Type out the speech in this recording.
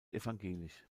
evangelisch